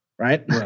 right